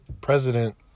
president